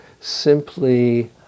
simply